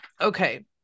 okay